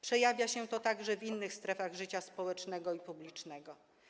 Przejawia się to także w innych sferach życia społecznego i publicznego.